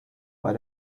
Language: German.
bei